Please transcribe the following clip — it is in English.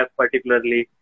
particularly